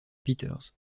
peters